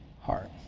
heart